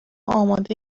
آماده